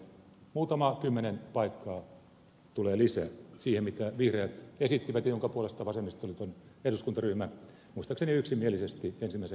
muutama kymmenen paikkaa tulee lisää siihen mitä vihreät esittivät ja jonka puolesta vasemmistoliiton eduskuntaryhmä muistaakseni yksimielisesti ensimmäisessä käsittelyssä äänesti